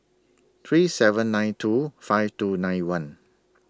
three seven nine two five two nine one